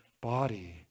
body